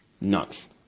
nuts